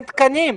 אין תקנים.